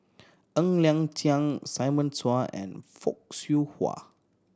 Ng Liang Chiang Simon Chua and Fock Siew Wah